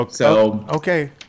Okay